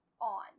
on